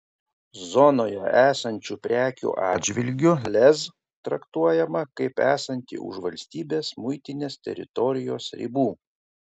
zonoje esančių prekių atžvilgiu lez traktuojama kaip esanti už valstybės muitinės teritorijos ribų